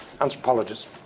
anthropologist